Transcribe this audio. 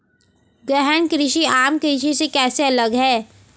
गहन कृषि आम कृषि से कैसे अलग है?